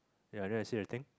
ya then I see the thing